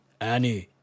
Annie